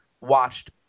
watched